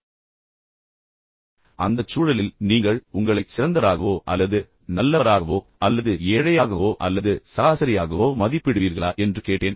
இப்போது அந்தச் சூழலில் நீங்கள் உங்களைச் சிறந்தவராகவோ அல்லது மிகவும் நல்லவராகவோ நல்லவராகவோ அல்லது ஏழையாகவோ அல்லது சராசரியாகவோ மதிப்பிடுவீர்களா என்று கேட்டேன்